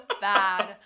bad